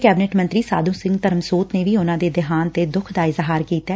cabinet ਮੰਤਰੀ ਸਾਧੂ ਸਿੰਘ ਧਰਮਸੋਤ ਨੇ ਵੀ ਉਨੂਾ ਦੇ ਦੇਹਾਂਤ ਤੇ ਦੁੱਖ ਦਾ ਇਜ਼ਹਾਰ ਕੀਤੈ